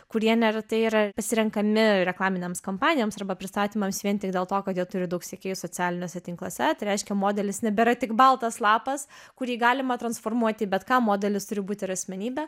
kurie neretai yra pasirenkami reklaminėms kampanijoms arba pristatymams vien tik dėl to kad jie turi daug sekėjų socialiniuose tinkluose tai reiškia modelis nebėra tik baltas lapas kurį galima transformuoti į bet ką modelis turi būti ir asmenybė